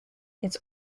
its